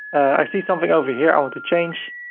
i see something over here. i want to change